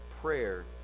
prayer